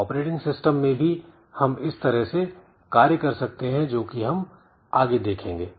operating system में भी हम इस तरह से कार्य कर सकते हैं जोकि हम आगे देखेंगे